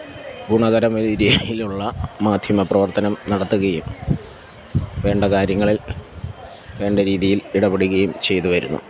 ഗുണകരമായ രീതീലുള്ള മാധ്യമ പ്രവര്ത്തനം നടത്തുകയും വേണ്ട കാര്യങ്ങളില് വേണ്ട രീതിയില് ഇടപെടുകയും ചെയ്തുവരുന്നു